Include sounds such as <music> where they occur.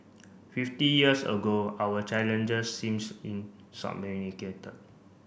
fifty years ago our challenges seems <unintelligible>